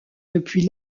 depuis